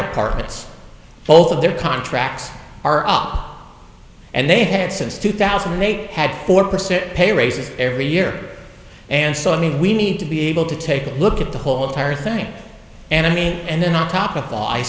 departments both of their contracts are up and they had since two thousand and eight had four percent pay raises every year and so i mean we need to be able to take a look at the whole of our thing and i mean and then on top of all i